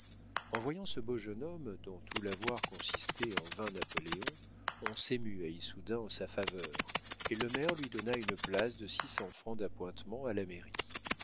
en voyant ce beau jeune homme dont tout l'avoir consistait en vingt napoléons on s'émut à issoudun en sa faveur et le maire lui donna une place de six cents francs d'appointements à la mairie